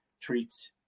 treats